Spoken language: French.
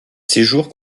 séjour